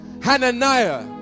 Hananiah